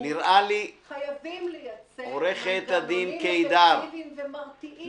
חייבים לייצר מנגנונים אפקטיביים ומרתיעים.